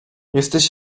jesteś